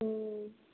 हुँ